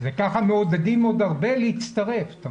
וככה מעודדים עוד הרבה להצטרף.